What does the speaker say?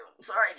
Sorry